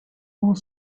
more